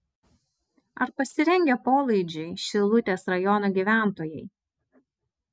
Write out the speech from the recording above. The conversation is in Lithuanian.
ar pasirengę polaidžiui šilutės rajono gyventojai